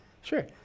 Sure